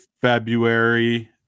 February